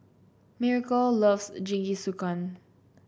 Miracle loves Jingisukan